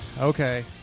Okay